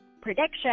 prediction